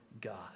God